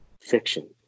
fiction